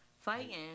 fighting